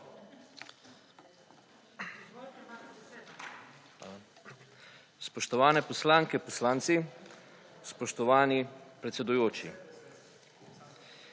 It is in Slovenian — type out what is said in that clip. Spoštovani poslanke, poslanci! Spoštovani predsedjoči!